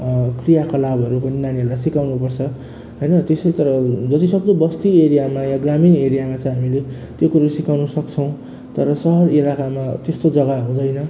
क्रियाकलापहरू पनि नानीहरूलाई सिकाउनु पर्छ होइन त्यसै तर जति सक्दो बस्ती एरियामा वा ग्रामीण एरियामा चाहिँ हामीले त्यो कुरो सिकाउनु सक्छौँ तर सहर इलाकामा अब त्यस्तो जगा हुँदैन